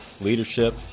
leadership